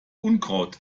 unkraut